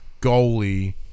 goalie